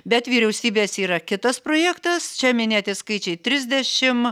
bet vyriausybės yra kitas projektas čia minėti skaičiai trisdešim